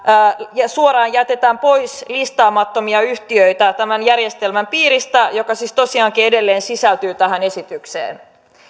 suoraan jätettäisiin pois listaamattomia yhtiöitä tämän järjestelmän piiristä mikä siis tosiaankin edelleen sisältyy tähän esitykseen